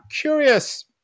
curious